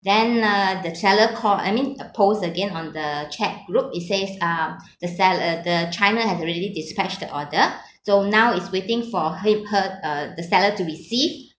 then uh the seller call I mean uh post again on the chat group it says uh the seller uh the the china has already dispatched the order so now it's waiting for him her uh the seller to receive